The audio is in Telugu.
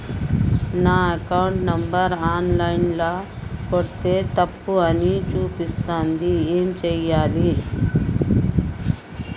నా అకౌంట్ నంబర్ ఆన్ లైన్ ల కొడ్తే తప్పు అని చూపిస్తాంది ఏం చేయాలి?